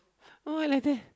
oh and like that